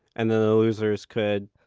and the losers could,